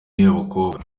y’abakobwa